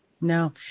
No